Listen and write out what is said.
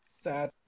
Sad